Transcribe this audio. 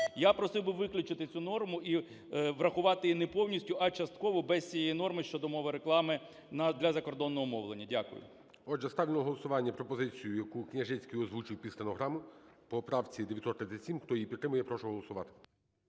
Я просив би виключити цю норму і врахувати її не повністю, а частково без цієї норми щодо мови реклами для закордонного мовлення. Дякую. ГОЛОВУЮЧИЙ. Отже, ставлю на голосування пропозицію, яку Княжицький озвучив під стенограму по правці 937. Хто її підтримує, я прошу голосувати.